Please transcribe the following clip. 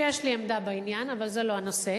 ויש לי עמדה בעניין, אבל זה לא הנושא,